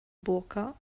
burka